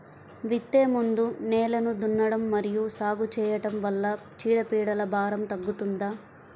విత్తే ముందు నేలను దున్నడం మరియు సాగు చేయడం వల్ల చీడపీడల భారం తగ్గుతుందా?